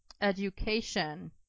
education